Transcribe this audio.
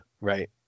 right